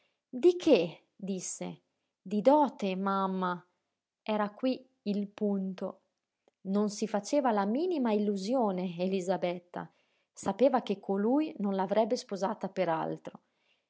di che disse di dote mamma era qui il punto non si faceva la minima illusione elisabetta sapeva che colui non la avrebbe sposata